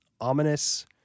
ominous